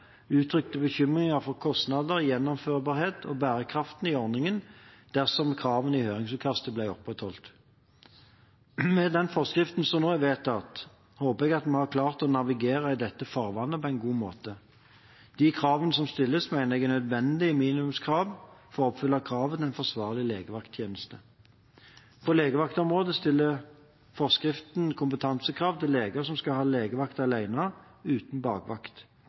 uttrykte bekymring for kostnader, gjennomførbarhet og bærekraften i ordningen, dersom kravene i høringsutkastet ble opprettholdt. Med den forskriften som nå er vedtatt, håper jeg at vi har klart å navigere i dette farvannet på en god måte. De kravene som stilles, mener jeg er nødvendige minimumskrav for å oppfylle kravet til en forsvarlig legevakttjeneste. På legevaktområdet stiller forskriften kompetansekrav til leger som skal ha legevakt alene, uten bakvakt.